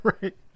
right